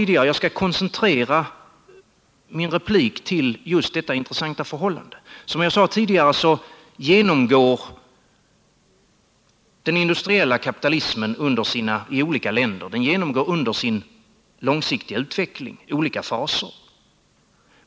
Jag skall koncentrera mitt inlägg till just detta intressanta förhållande. Som jag sade tidigare genomgår den industriella kapitalismen olika faser under sin långsiktiga utveckling.